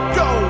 go